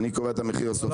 אני קובע את המחיר הסופי?